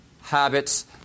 habits